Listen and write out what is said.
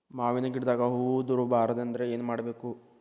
ಮಾವಿನ ಗಿಡದಾಗ ಹೂವು ಉದುರು ಬಾರದಂದ್ರ ಏನು ಮಾಡಬೇಕು?